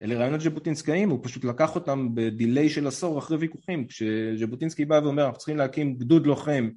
אלה רעיונות ז'בוטינסקאיים, הוא פשוט לקח אותם בדיליי של עשור, אחרי ויכוחים, כשז'בוטינסקי בא ואומר צריכים להקים גדוד לוחם